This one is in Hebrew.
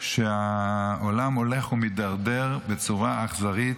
שהעולם הולך ומידרדר בצורה אכזרית.